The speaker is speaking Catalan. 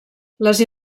les